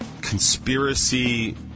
conspiracy